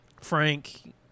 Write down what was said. Frank